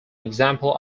example